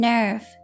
Nerve